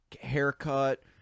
haircut